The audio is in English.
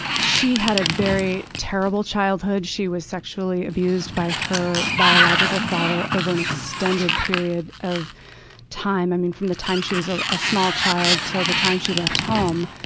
she had a very terrible childhood. she was sexually abused by her biological father over an extended period of time, and from the time she was ah a small child until the time she left home.